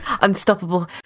Unstoppable